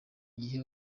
gihe